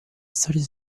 storia